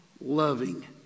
loving